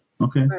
Okay